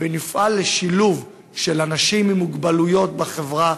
ונפעל לשילוב אנשים עם מוגבלות בחברה.